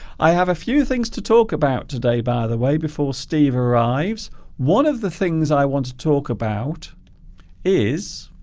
i have a few things to talk about today by the way before steve arrives one of the things i want to talk about is